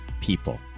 people